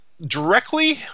directly